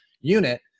unit